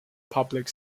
public